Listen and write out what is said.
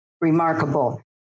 remarkable